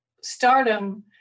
stardom